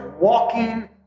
walking